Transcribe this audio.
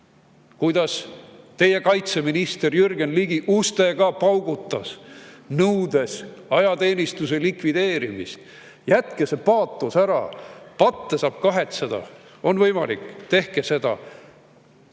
kuidas teie kaitseminister Jürgen Ligi uksi paugutas, nõudes ajateenistuse likvideerimist. Jätke see paatos ära! Patte saab kahetseda, on võimalik. Tehke seda!